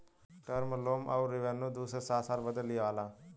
term loan अउर revenue दू से सात साल बदे लिआला